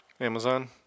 Amazon